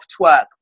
twerk